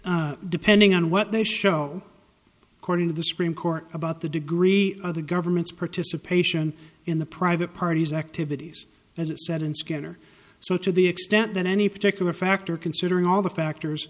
depending on what they show according to the supreme court about the degree of the government's participation in the private parties activities as it said in skinner so to the extent that any particular factor considering all the factors